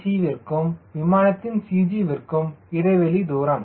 c விற்கும் விமானத்தின் CG விற்கும் இடைவெளி தூரம்